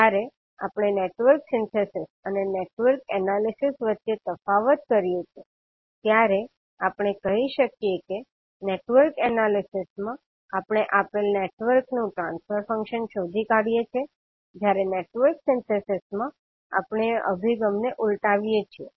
જ્યારે આપણે network synthesis અને નેટવર્ક એનાલિસિસ વચ્ચે તફાવત કરીએ છીએ ત્યારે આપણે કહી શકીએ કે નેટવર્ક એનાલિસિસ માં આપણે આપેલ નેટવર્ક નું ટ્રાન્સફર ફંક્શન શોધી કાઢીએ છીએ જ્યારે નેટવર્ક સિન્થેસિસ માં આપણે એ અભિગમને ઉલટાવીએ છીએ